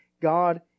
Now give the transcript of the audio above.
God